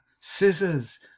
scissors